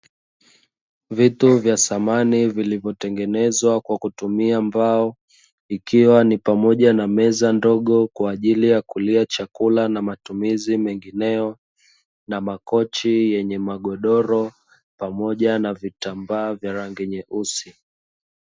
Vitu vya samani vilivyotengenezwa kwa kutumia mbao, vikiwa ni pamoja na meza ndogo kwa ajili ya kulia chakula na matumizi mengineyo, na makochi yenye magodoro, pamoja na vitambaa vya rangi nyeusi.